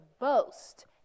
boast